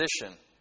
position